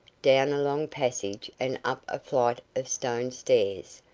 down a long passage and up a flight of stone stairs,